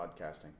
podcasting